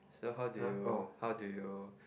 so how do you how do you